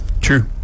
True